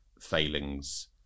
failings